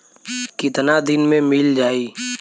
कितना दिन में मील जाई?